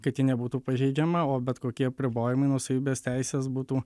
kad ji nebūtų pažeidžiama o bet kokie apribojimai nuosavybės teisės būtų